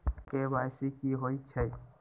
KYC कि होई छई?